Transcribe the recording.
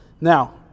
Now